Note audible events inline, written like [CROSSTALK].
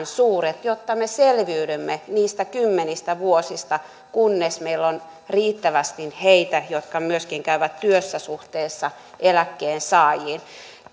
[UNINTELLIGIBLE] suuret jotta me selviydymme niistä kymmenistä vuosista kunnes meillä on riittävästi heitä jotka käyvät työssä suhteessa eläkkeensaajiin